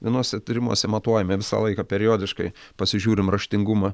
vienuose tyrimuose matuojami visą laiką periodiškai pasižiūrim raštingumą